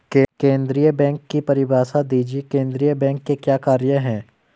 केंद्रीय बैंक की परिभाषा दीजिए केंद्रीय बैंक के क्या कार्य हैं?